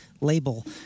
label